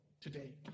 today